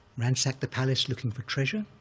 ransacked the palace looking for treasure,